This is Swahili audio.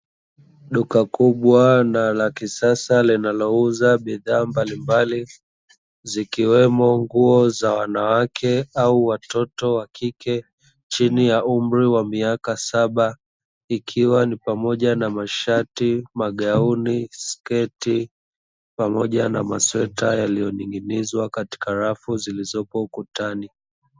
Duka kubwa na la kisasa linalouza bidhaa mbalimbali, zikiwemo nguo za wanawake au watoto wa kike; chini ya umri wa miaka saba, ikiwa ni pamoja na: mashati, magauni, sketi pamoja na masweta, yaliyoning'inizwa katika rafu zilizopo ukutani.